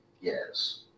Yes